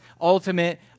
ultimate